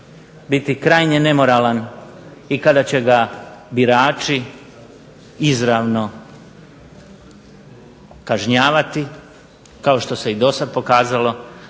biti krajnje nemoralan i kada će ga birači izravno kažnjavati kao što se i dosad pokazalo